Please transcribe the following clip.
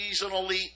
seasonally